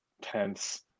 tense